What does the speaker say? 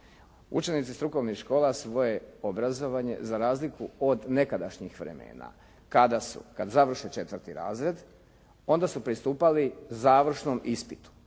Učenici strukovnih škola svoje obrazovanje za razliku od nekadašnjih vremena kada završe 4. razred, onda su pristupali završnom ispitu.